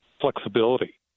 flexibility